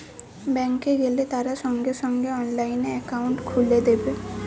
bank এ গেলে তারা সঙ্গে সঙ্গে অনলাইনে একাউন্ট খুলে দেবে